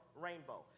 rainbow